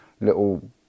Little